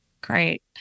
Great